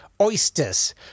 oysters